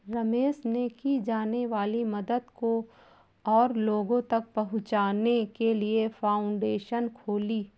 रमेश ने की जाने वाली मदद को और लोगो तक पहुचाने के लिए फाउंडेशन खोली